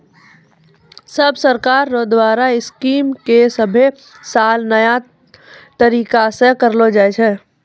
सब सरकार रो द्वारा स्कीम के सभे साल नया तरीकासे करलो जाए छै